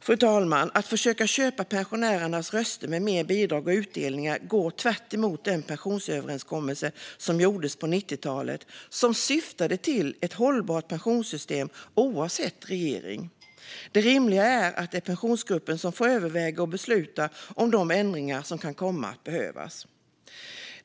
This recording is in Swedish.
Fru talman! Att försöka köpa pensionärernas röster med mer bidrag och utdelningar går tvärt emot den pensionsöverenskommelse som gjordes på 90-talet, som syftade till ett hållbart pensionssystem oavsett regering. Det rimliga är att det är Pensionsgruppen som får överväga och besluta om de ändringar som kan komma att behövas.